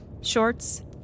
Shorts